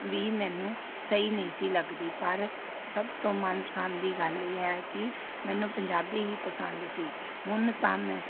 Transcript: ਵੀ ਮੈਨੂੰ ਸਹੀ ਨਹੀਂ ਸੀ ਲੱਗਦੀ ਪਰ ਸਭ ਤੋਂ ਮਨਪਸੰਦ ਦੀ ਗੱਲ ਇਹ ਹੈ ਕਿ ਮੈਨੂੰ ਪੰਜਾਬੀ ਹੀ ਪਸੰਦ ਸੀ ਹੁਣ ਤਾਂ ਮੈਂ